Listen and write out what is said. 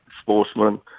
sportsman